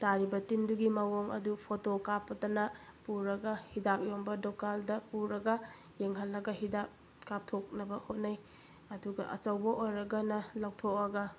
ꯇꯥꯔꯤꯕ ꯇꯤꯟꯗꯨꯒꯤ ꯃꯑꯣꯡ ꯑꯗꯨ ꯐꯣꯇꯣ ꯀꯥꯞꯇꯅ ꯄꯨꯔꯒ ꯍꯤꯗꯥꯛ ꯌꯣꯟꯕ ꯗꯨꯀꯥꯟꯗ ꯄꯨꯔꯒ ꯌꯦꯡꯍꯜꯂꯒ ꯍꯤꯗꯥꯛ ꯀꯥꯞꯊꯣꯛꯅꯕ ꯍꯣꯠꯅꯩ ꯑꯗꯨꯒ ꯑꯆꯧꯕ ꯑꯣꯏꯔꯒꯅ ꯂꯧꯊꯣꯛꯑꯒ